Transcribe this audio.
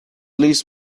least